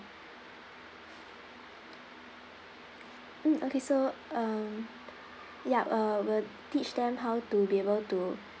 mm okay so um yup uh we'll teach them how to be able to